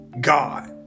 God